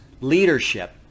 leadership